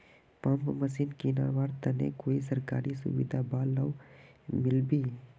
Pump machine किनवार तने कोई सरकारी सुविधा बा लव मिल्बी?